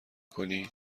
کنی